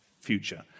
future